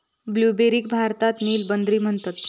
ब्लूबेरीक भारतात नील बद्री म्हणतत